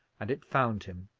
and it found him.